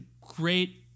great